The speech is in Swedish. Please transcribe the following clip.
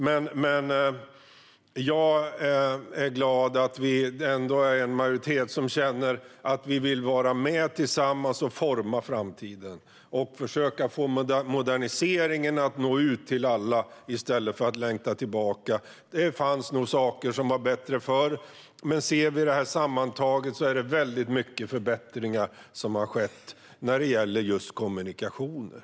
Men jag är glad att vi ändå är en majoritet som känner att vi vill vara med och tillsammans forma framtiden och försöka få moderniseringen att nå ut till alla, i stället för att längta tillbaka. Det fanns nog saker som var bättre förr. Men sammantaget har det skett väldigt mycket förbättringar när det gäller just kommunikationer.